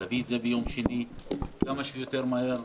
להביא את זה ביום שני כמה שיותר מהר,